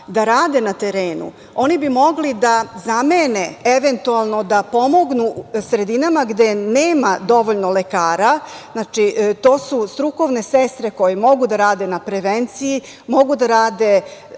da rade na terenu. Oni bi mogli da zamene, eventualno da pomognu sredinama gde nema dovoljno lekara, to su strukovne sestre koje mogu da rade na prevenciji, mogu da rade